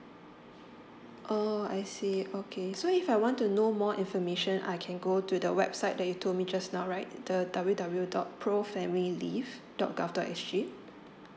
oh I see okay so if I want to know more information I can go to the website that you told me just now right the W W dot pro family leave dot G O V dot S G